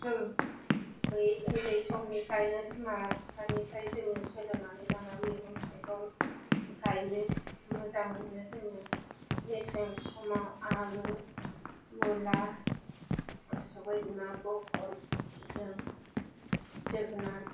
जों बै उन्दै समनिफ्रायनो बिमा बिफानिफ्राय जोङो सोलोंनानै लानानै मैगं थाइगं गायनो मोजांमोनो जोङो मेसें समाव आलु मुला सबायबिमा बहल जों जोगोनार